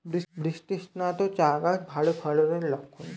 বৃষ্টিস্নাত চা গাছ ভালো ফলনের লক্ষন